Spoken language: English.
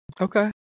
Okay